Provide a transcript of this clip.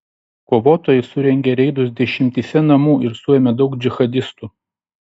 kovotojai surengė reidus dešimtyse namų ir suėmė daug džihadistų